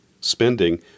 spending